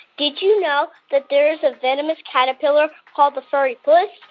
did you know that there is a venomous caterpillar called the furry puss?